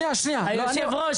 לא, אבל אדוני, יושב הראש.